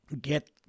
get